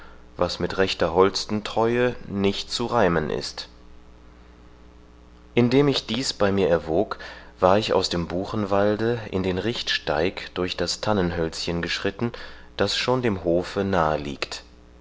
was mit rechter holstentreue nicht zu reimen ist indem ich dieß bei mir erwog war ich aus dem buchenwalde in den richtsteig durch das tannenhölzchen geschritten das schon dem hofe nahe liegt